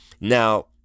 Now